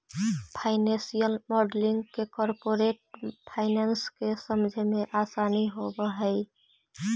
financial modelling से corporate finance के समझे मेंअसानी होवऽ हई